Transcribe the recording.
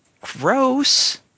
Gross